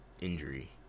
injury